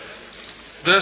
Hvala.